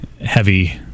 heavy